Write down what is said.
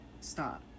stop